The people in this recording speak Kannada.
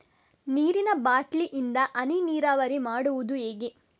ನೀರಿನಾ ಬಾಟ್ಲಿ ಇಂದ ಹನಿ ನೀರಾವರಿ ಮಾಡುದು ಹೇಗೆ?